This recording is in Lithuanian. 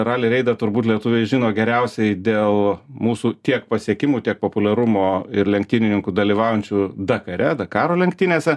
rali reidą turbūt lietuviai žino geriausiai dėl mūsų tiek pasiekimų tiek populiarumo ir lenktynininkų dalyvaujančių dakare dakaro lenktynėse